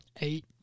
eight